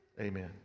Amen